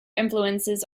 influences